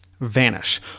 Vanish